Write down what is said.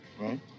right